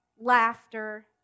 laughter